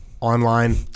Online